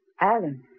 Alan